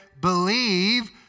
believe